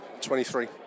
23